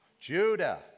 Judah